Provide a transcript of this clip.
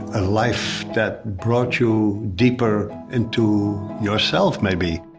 ah life that brought you deeper into yourself maybe